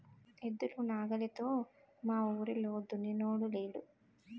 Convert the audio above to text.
ఎద్దులు నాగలితో మావూరిలో దున్నినోడే లేడు